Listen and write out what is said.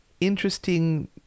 interesting